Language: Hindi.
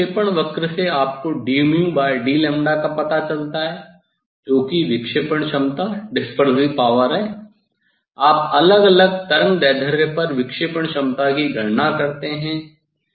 तो अब विक्षेपण वक्र से आपको dd का पता चलता है जो कि विक्षेपण क्षमता है आप अलग अलग तरंगदैर्ध्य पर विक्षेपण क्षमता की गणना करते हैं